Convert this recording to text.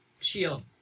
SHIELD